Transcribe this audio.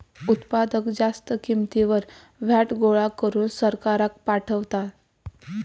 उत्पादक जास्त किंमतीवर व्हॅट गोळा करून सरकाराक पाठवता